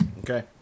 Okay